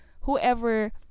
whoever